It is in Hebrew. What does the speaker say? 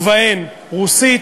ובהן רוסית,